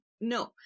no